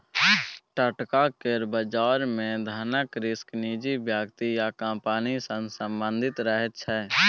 टका केर बजार मे धनक रिस्क निजी व्यक्ति या कंपनी सँ संबंधित रहैत छै